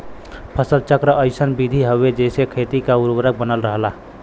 फसल चक्र अइसन विधि हउवे जेसे खेती क उर्वरक बनल रहला